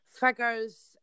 figures